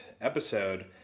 episode